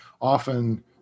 often